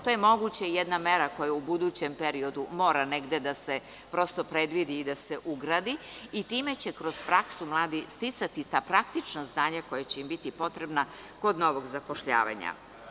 To je moguće i jedna mera koja u budućem periodu mora negde prosto da se predvidi i da se ugradi i time će kroz praksu mladi sticati ta praktična znanja koja će im biti potrebna kod novog zapošljavanja.